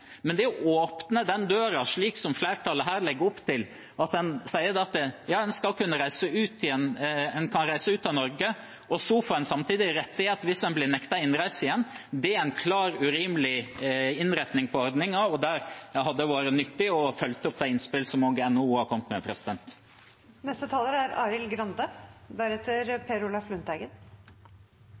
Men det å åpne den døren, slik flertallet her legger opp til, ved at en sier en skal kunne reise ut av Norge, og samtidig få rettigheter hvis en blir nektet innreise igjen, er en klart urimelig innretning på ordningen, og der hadde det vært nyttig å følge opp de innspillene som også NHO har kommet med.